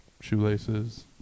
shoelaces